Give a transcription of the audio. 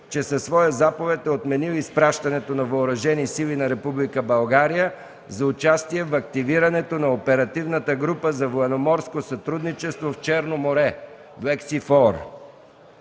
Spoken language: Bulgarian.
че със своя заповед е отменил изпращането на въоръжени сили на Република България за участие в активирането на оперативната група за военноморско сътрудничество в Черно море